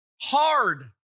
hard